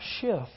shift